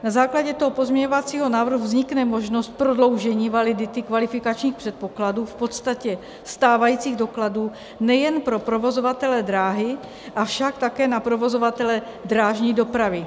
Na základě pozměňovacího návrhu vznikne možnost prodloužení validity kvalifikačních předpokladů v podstatě stávajících dokladů nejen pro provozovatele dráhy, avšak také pro provozovatele drážní dopravy.